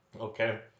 Okay